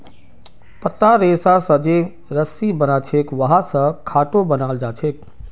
पत्तार रेशा स जे रस्सी बनछेक वहा स खाटो बनाल जाछेक